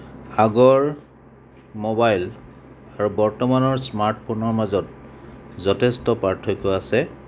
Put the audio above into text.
আগৰ মোবাইল আৰু বৰ্তমানৰ স্মাৰ্টফোনৰ মাজত যথেষ্ট পাৰ্থক্য আছে